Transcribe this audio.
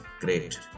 Great